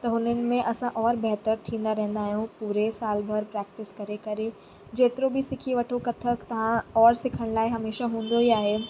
त हुननि में असां और बहितर थींदा रहंदा आहियूं पूरे साल भर प्रैक्टिस करे करे जेतिरो बि सिखी वठो कथक तव्हां और सिखण लाइ हमेशा हूंदो ई आहे